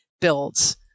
builds